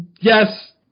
yes